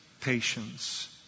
patience